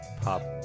Pop